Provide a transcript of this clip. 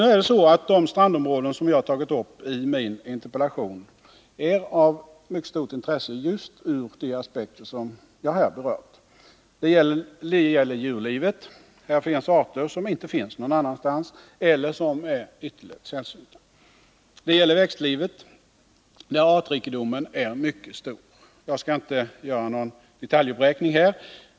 Nu är det så att de strandområden som jag har nämnt i min interpellation är av stort ihtresse just ur de aspekter som jag här berört. Det gäller djurlivet: här finns arter som inte finns någon annanstans eller som är ytterligt sällsynta. Det gäller växtlivet, där artrikedomen är mycket stor. Jag skall inte här göra någon detaljuppräkning.